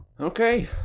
Okay